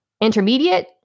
intermediate